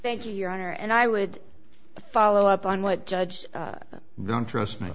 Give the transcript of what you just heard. thank you your honor and i would follow up on what judge don't trust me